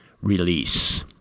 release